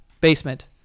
basement